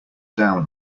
down